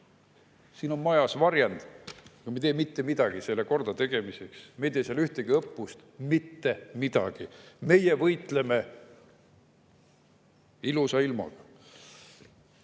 siin majas on varjend, aga me ei tee mitte midagi selle kordategemiseks, me ei tee seal ühtegi õppust, mitte midagi. Meie võitleme ilusa ilmaga.